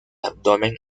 abdomen